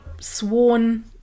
sworn